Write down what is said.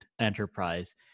enterprise